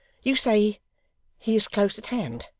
you say he is close at hand.